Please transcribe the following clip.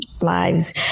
lives